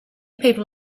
people